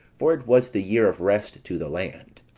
for it was the year of rest to the land.